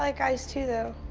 like guys too, though.